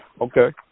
Okay